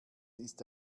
ist